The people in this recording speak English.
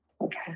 okay